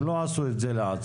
הם לא עשו את זה לעצמם,